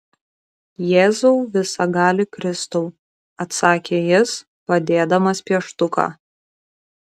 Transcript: jėzau visagali kristau atsakė jis padėdamas pieštuką